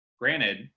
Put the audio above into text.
Granted